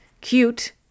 cute